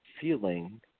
feeling